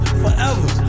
forever